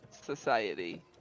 society